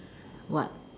what